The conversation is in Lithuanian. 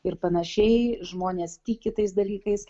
ir panašiai žmonės tiki tais dalykais